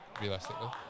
realistically